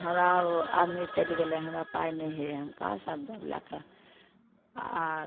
हमरा आदमी चलि गेलै हमरा पाइ नहि हय हम कहाँ से अनबै लै कै आ